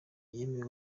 yemewe